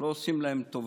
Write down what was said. אנחנו לא עושים להם טובה.